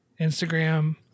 Instagram